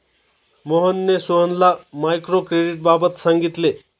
मोहनने सोहनला मायक्रो क्रेडिटबाबत सांगितले